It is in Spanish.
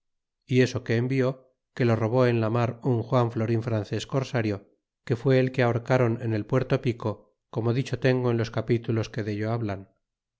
y eso que envió que lo robó en la mar un juan florin frances cosario que fué el que ello cáron en el puerto pico como dicho tengo en los capítulos que dello hablan